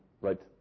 right